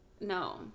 No